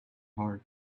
heart